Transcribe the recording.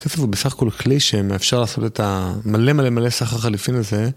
בסך הכל כלי שאפשר לעשות את המלא מלא מלא סחר חליפין הזה